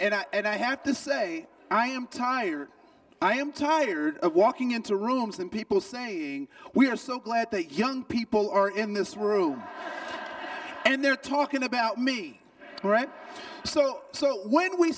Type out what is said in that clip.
old and i have to say i am tired i am tired of walking into rooms and people saying we are so glad that young people are in this room and they're talking about me so so when we